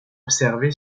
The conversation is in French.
observée